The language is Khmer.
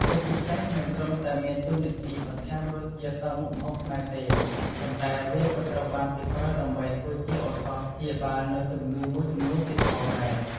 ជាពិសេស មិនត្រឹមតែមានតួនាទីបន្ថែមរសជាតិដល់មុខម្ហូបខ្មែរទេ ប៉ុន្តែវាក៏ត្រូវបានគេប្រើដើម្បីធ្វើជាឱសថព្យាបាលនូវជំងឺមួយចំនួនទៀតផងដែរ។